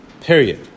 period